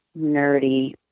nerdy